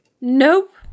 Nope